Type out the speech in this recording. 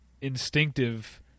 instinctive